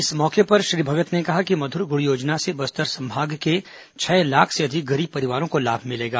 इस मौके पर श्री भगत ने कहा कि मधुर गुड़ योजना से बस्तर संभाग के छह लाख से अधिक गरीब परिवारों को लाभ मिलेगा